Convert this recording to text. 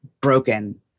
broken